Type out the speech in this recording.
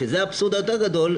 זה האבסורד היותר גדול,